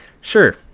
Sure